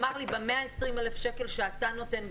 ב-120,000 שקל שאתה נותן,